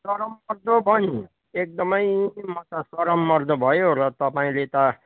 सरम मर्दो भयो नि एकदम म त सरम मर्दो भयो र तपाईँले त